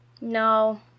No